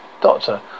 Doctor